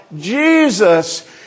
Jesus